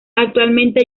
actualmente